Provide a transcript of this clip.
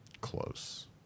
close